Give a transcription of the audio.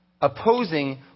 Opposing